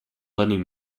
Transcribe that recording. lending